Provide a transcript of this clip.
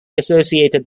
associated